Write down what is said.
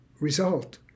result